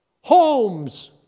Homes